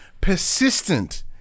persistent